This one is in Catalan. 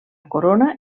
corona